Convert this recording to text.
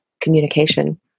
communication